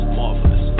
marvelous